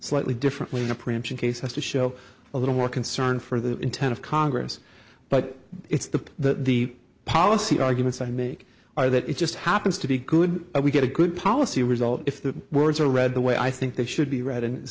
slightly differently in a preemption case has to show a little more concern for the intent of congress but it's the that the policy arguments i make are that it just happens to be good we get a good policy result if the words are read the way i think they should be read and it's